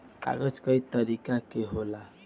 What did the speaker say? कागज कई तरीका के होला